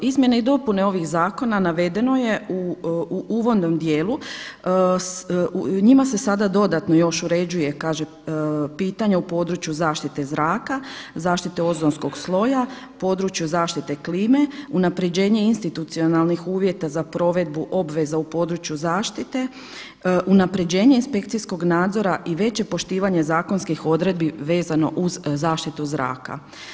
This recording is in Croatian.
Izmjene i dopune ovih zakona navedeno je uvodnom dijelu, njima se dodatno još uređuje kaže pitanje u području zaštite zraka, zaštite ozonskog sloja, području zaštite klime, unapređenje institucionalnih uvjeta za provedbu obveza u području zaštite, unapređenje inspekcijskog nadzora i veće poštivanje zakonskih odredbi vezano uz zaštitu zraku.